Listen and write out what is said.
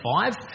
five